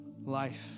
Life